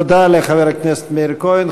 תודה לחבר הכנסת מאיר כהן.